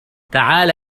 تعال